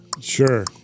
Sure